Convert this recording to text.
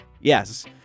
Yes